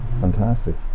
fantastic